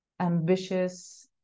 ambitious